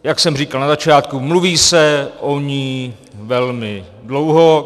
Jak jsem říkal na začátku, mluví se o ní velmi dlouho.